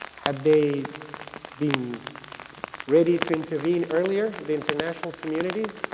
had they been ready to intervene earlier, the international community,